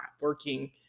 working